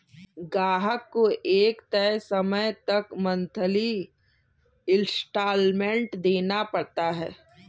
ग्राहक को एक तय समय तक मंथली इंस्टॉल्मेंट देना पड़ता है